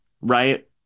right